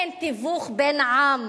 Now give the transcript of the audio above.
אין תיווך בין העם